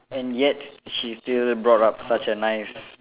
and yet she still brought up such a nice